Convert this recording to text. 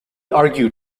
argued